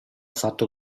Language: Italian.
fatto